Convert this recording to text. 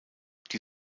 die